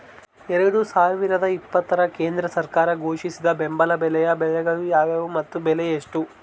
ಎರಡು ಸಾವಿರದ ಇಪ್ಪತ್ತರ ಕೇಂದ್ರ ಸರ್ಕಾರ ಘೋಷಿಸಿದ ಬೆಂಬಲ ಬೆಲೆಯ ಬೆಳೆಗಳು ಯಾವುವು ಮತ್ತು ಬೆಲೆ ಎಷ್ಟು?